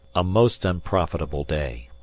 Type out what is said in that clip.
a most unprofitable day.